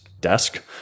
desk